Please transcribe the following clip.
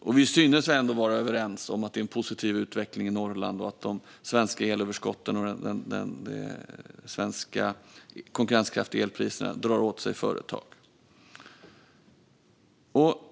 Och vi synes ändå vara överens om att det är en positiv utveckling i Norrland och att de svenska elöverskotten och de konkurrenskraftiga svenska elpriserna drar åt sig företag.